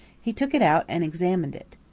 he took it out and examined it.